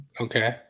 okay